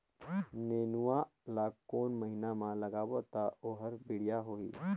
नेनुआ ला कोन महीना मा लगाबो ता ओहार बेडिया होही?